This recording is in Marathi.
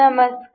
नमस्कार